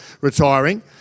retiring